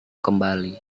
kembali